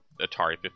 Atari